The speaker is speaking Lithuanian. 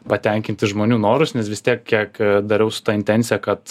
patenkinti žmonių norus nes vis tiek kiek dariau su ta intencija kad